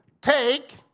take